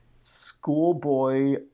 schoolboy